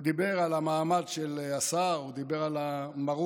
הוא דיבר על המעמד של השר, הוא דיבר על המרות